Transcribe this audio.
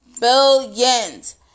Billions